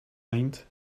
mind